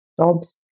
jobs